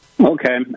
Okay